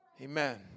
Amen